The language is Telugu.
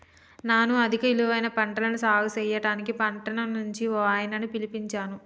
నాను అధిక ఇలువైన పంటలను సాగు సెయ్యడానికి పట్టణం నుంచి ఓ ఆయనని పిలిపించాను